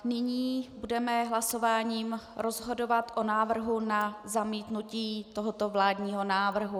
Nyní budeme hlasováním rozhodovat o návrhu na zamítnutí tohoto vládního návrhu.